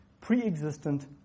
pre-existent